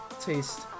taste